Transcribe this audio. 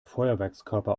feuerwerkskörper